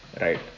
right